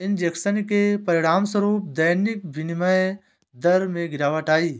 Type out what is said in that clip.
injection के परिणामस्वरूप दैनिक विनिमय दर में गिरावट आई